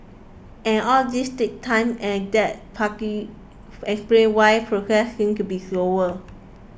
and all this takes time and that partly explains why progress seems to be slower